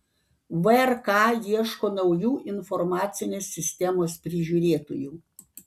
vrk ieško naujų informacinės sistemos prižiūrėtojų